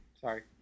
Sorry